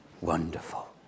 Wonderful